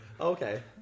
Okay